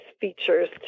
features